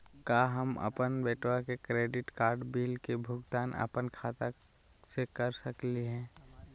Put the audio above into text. का हम अपन बेटवा के क्रेडिट कार्ड बिल के भुगतान अपन खाता स कर सकली का हे?